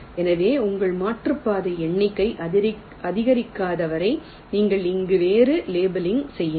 எனவே உங்கள் மாற்றுப்பாதை எண்ணிக்கை அதிகரிக்காத வரை நீங்கள் இங்கு சென்று லேபிளிங் செய்யுங்கள்